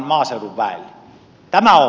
tämä on fakta